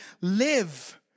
live